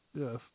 Yes